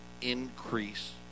increase